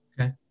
Okay